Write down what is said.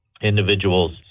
individuals